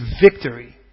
victory